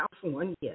California